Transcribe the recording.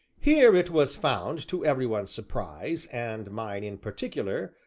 here it was found to every one's surprise, and mine in particular,